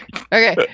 Okay